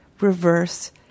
reverse